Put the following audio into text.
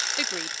Agreed